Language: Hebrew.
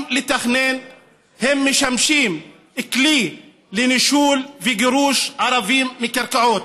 לתכנן משמשים כלי לנישול וגירוש ערבים מקרקעות.